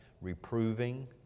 Reproving